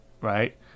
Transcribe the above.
right